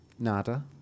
Nada